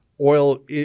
Oil